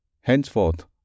Henceforth